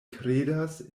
kredas